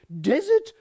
desert